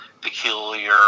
peculiar